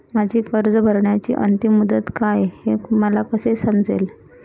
माझी कर्ज भरण्याची अंतिम मुदत काय, हे मला कसे समजेल?